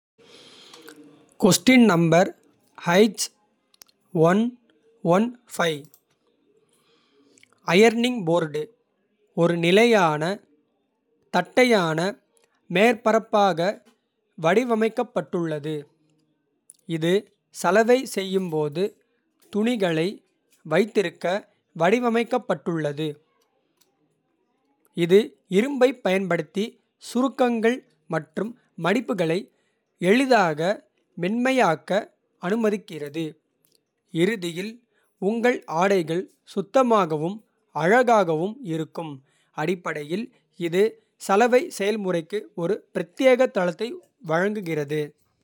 Ironing board ஒரு நிலையான தட்டையான. மேற்பரப்பாக வடிவமைக்கப்பட்டுள்ளது இது. சலவை செய்யும் போது துணிகளை வைத்திருக்க. வடிவமைக்கப்பட்டுள்ளது இது இரும்பைப் பயன்படுத்தி. சுருக்கங்கள் மற்றும் மடிப்புகளை எளிதாக. மென்மையாக்க அனுமதிக்கிறது இறுதியில் உங்கள். ஆடைகள் சுத்தமாகவும் அழகாகவும் இருக்கும். அடிப்படையில் இது சலவை செயல்முறைக்கு. ஒரு பிரத்யேக தளத்தை வழங்குகிறது.